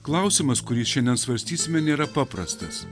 klausimas kurį šiandien svarstysime nėra paprastas